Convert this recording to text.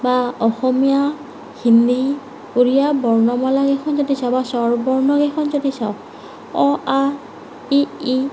বা অসমীয়া হিন্দী উৰিয়া বৰ্ণমালাকেইখন যদি চাবা স্বৰবৰ্ণ কেইখন যদি চাওঁ অ আ ই ঈ